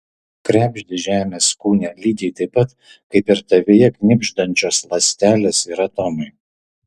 krebždi žemės kūne lygiai taip pat kaip ir tavyje knibždančios ląstelės ir atomai